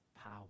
Power